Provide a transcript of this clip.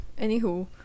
Anywho